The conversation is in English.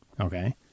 Okay